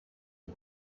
uyu